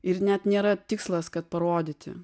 ir net nėra tikslas kad parodyti